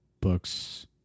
books